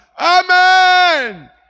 Amen